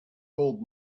gold